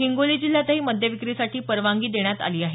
हिंगोली जिल्ह्यातही मद्यविक्रीसाठी परवानगी देण्यात आली आहे